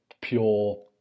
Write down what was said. pure